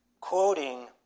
quoting